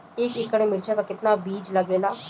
एक एकड़ में मिर्चा का कितना बीज लागेला?